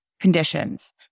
conditions